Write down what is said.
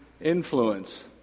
influence